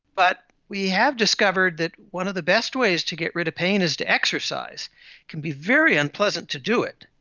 but we have discovered that one of the best ways to get rid of pain is to exercise. it can be very unpleasant to do it,